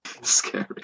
Scary